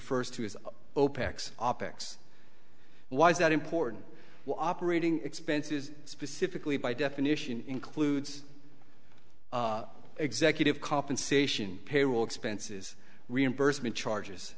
optics why is that important operating expenses specifically by definition includes executive compensation payroll expenses reimbursement charges